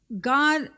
God